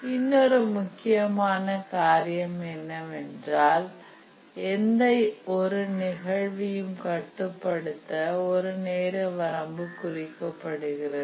இன்னொரு முக்கியமான காரியம் என்னவென்றால் எந்த நிகழ்வையும் கட்டுப்படுத்த ஒரு நேர வரம்பு குறிக்கப்படுகிறது